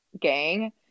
gang